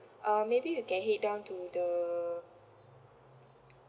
um maybe you can head down to the